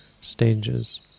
stages